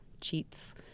cheats